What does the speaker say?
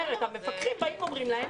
המפקחים באים ואומרים להם,